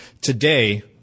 Today